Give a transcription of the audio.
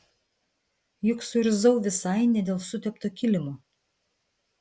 juk suirzau visai ne dėl sutepto kilimo